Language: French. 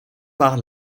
par